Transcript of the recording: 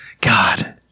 God